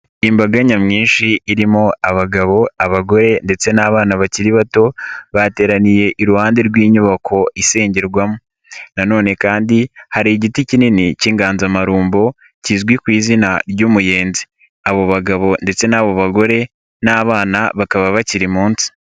Imbaga nyamwinshi irimo abagabo, abagore ndetse n'abana bakiri bato, bateraniye iruhande rw'inyubako isengerwamo na none kandi hari igiti kinini cy'inganzamarumbo, kizwi ku izina ry'umuyenzi. Abo bagabo ndetse n'abo bagore n'abana bakaba bakiri munsi.